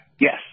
Yes